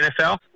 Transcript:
NFL